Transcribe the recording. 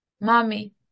Mommy